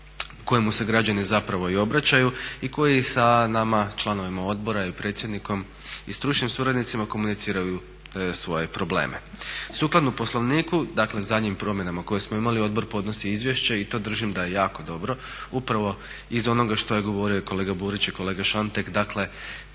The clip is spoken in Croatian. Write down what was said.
kojemu se građani zapravo i obraćaju i koji sa nama članovima odbora i predsjednikom i stručnim suradnicima komuniciraju svoje probleme. Sukladno Poslovniku, dakle zadnjim promjenama koje smo imali, odbor podnosi izvješće i to držim da je jako dobro upravo iz onoga što je govorio kolega Burić i kolega Šantek dakle